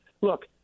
Look